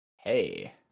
Hey